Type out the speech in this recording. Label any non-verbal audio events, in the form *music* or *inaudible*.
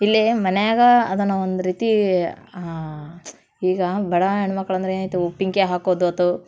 ಇಲ್ಲೇ ಮನ್ಯಾಗೆ ಅದನ್ನು ಒಂದು ರೀತಿ ಈಗ ಬೆಳ್ಯ ಹೆಣ್ಣುಮಕ್ಳಂದ್ರೆ *unintelligible* ಉಪ್ಪಿನ್ಕಾಯಿ ಹಾಕೋದಾಯ್ತು